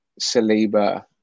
Saliba